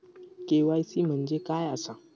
KYC म्हणजे काय आसा?